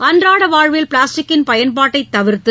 அன்றாட வாழ்வில் பிளாஸ்டிக்கின் பயன்பாட்டை தவிர்த்து